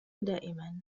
دائمًا